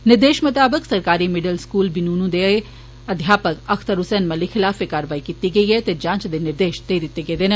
निर्देश मताबक सरकारी मीड़िल स्कूल बीनून दे अध्यापक अख्तर हुसैन मलिक खिलाफ एह् कार्यवाई कीती गेई ऐ ते जांच दे निर्देश दित्ते गेदे न